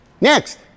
Next